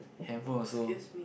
handphone also